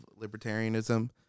libertarianism